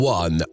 one